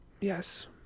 Yes